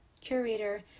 curator